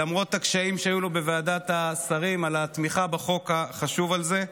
למרות הקשיים שהיו לו בוועדת השרים על התמיכה בחוק החשוב הזה,